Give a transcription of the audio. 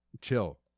Chill